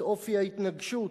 את אופי ההתנגשות.